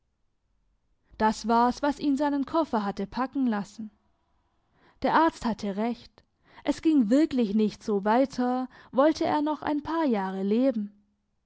das war's was ihn seinen koffer hatte packen lassen der arzt hatte recht es ging wirklich nicht so weiter wollte er noch ein paar jahre leben